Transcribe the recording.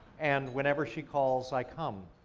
and whenever she calls, i come.